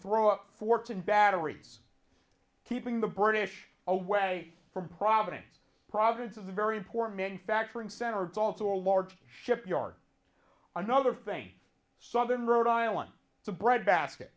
throw up forks and batteries keeping the british away from providence provinces a very poor manufacturing center it's also a large shipyard another thing southern rhode island to breadbasket